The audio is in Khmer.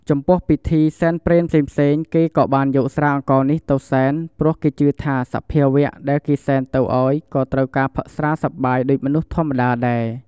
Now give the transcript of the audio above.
ចំពោះពិធី សែនព្រេនផ្សេងៗគេក៏បានយកស្រាអង្ករនេះទៅសែន ព្រោះគេជឿថាសភាវៈដែលគេសែនទៅឲ្យក៏ត្រូវការផឹកស្រាសប្បាយដូចមនុស្សធម្មតាដែរ។